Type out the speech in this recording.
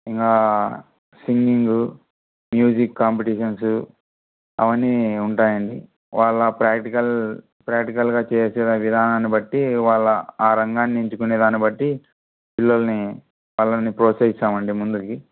ఇంకా singing music competitions అవన్నీ ఉంటాయండి వాళ్ళ ప్రాక్టికల్ ప్రాక్టికల్గా చేసే విధానాన్ని బట్టి వాళ్ళ ఆ రంగాన్ని ఎంచుకునే దాన్ని బట్టి పిల్లల్ని వాళ్ళని ప్రోత్సహిస్తామండి ముందుకి